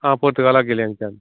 आं पोर्तुगाला गेली आनी त्या